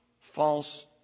false